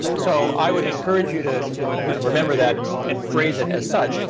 so i would encourage you to to kind of remember that and and phrase it as such.